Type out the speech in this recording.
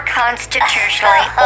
constitutionally